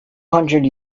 hundred